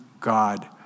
God